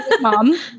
mom